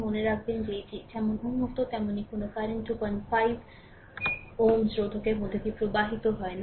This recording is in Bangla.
মনে রাখবেন যে এটি যেমন উন্মুক্ত তেমন কোনও কারেন্ট 25 Ω রোধকের মধ্য দিয়ে প্রবাহিত হয়ে প্রবাহিত হয় না